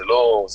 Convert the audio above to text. את